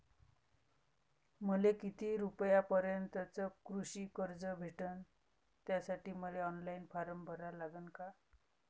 मले किती रूपयापर्यंतचं कृषी कर्ज भेटन, त्यासाठी मले ऑनलाईन फारम भरा लागन का?